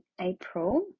April